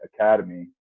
academy